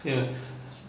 可以啦